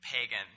Pagan